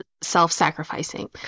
self-sacrificing